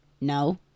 No